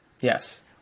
Yes